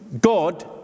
God